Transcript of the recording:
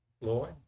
Lord